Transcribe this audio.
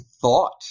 thought